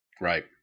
Right